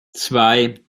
zwei